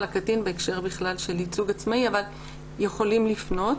הקטין בהקשר של ייצוג עצמאי יכולים לפנות.